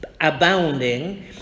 abounding